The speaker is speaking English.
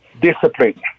Discipline